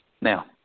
Now